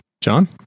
John